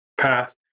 path